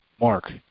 Mark